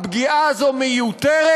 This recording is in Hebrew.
הפגיעה הזו מיותרת,